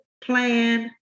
plan